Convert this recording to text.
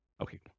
Okay